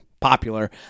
popular